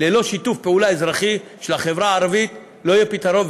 ללא שיתוף פעולה אזרחי של החברה הערבית לא יהיה פתרון,